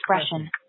expression